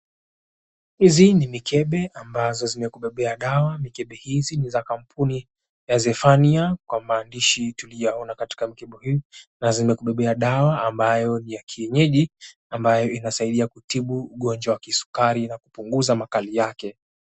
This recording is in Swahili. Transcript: Hizi ni mikebe ambazo zimekubebea dawa. Mikebe hizi ni za kampuni ya Zephania, kwa maandishi tuliyaona katika mikebe hii. Na zimekubebea dawa ambayo ni ya kienyeji, ambayo inasaidia kutibu ugonjwa wa kisukari na kupunguza makali yake.